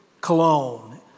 cologne